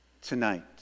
Tonight